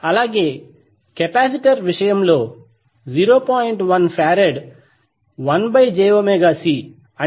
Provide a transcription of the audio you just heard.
అలాగే కెపాసిటర్ విషయం లో 0